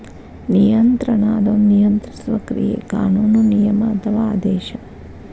ನಿಯಂತ್ರಣ ಅದೊಂದ ನಿಯಂತ್ರಿಸುವ ಕ್ರಿಯೆ ಕಾನೂನು ನಿಯಮ ಅಥವಾ ಆದೇಶ